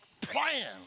plan